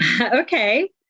Okay